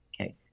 Okay